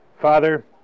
Father